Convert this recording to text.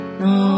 no